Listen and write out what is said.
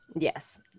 Yes